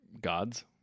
gods